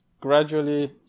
gradually